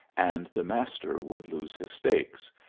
and the master would lose his stakes,